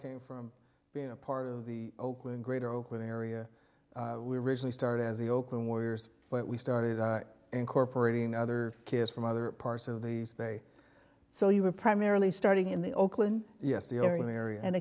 came from being a part of the oakland greater oakland area we originally started as the oakland warriors but we started incorporating other kids from other parts of the bay so you were primarily starting in the oakland yes the urban area and